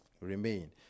Remain